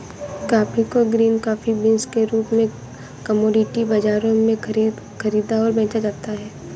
coffee को green coffee beans के रूप में कॉमोडिटी बाजारों में खरीदा और बेचा जाता है